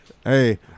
Hey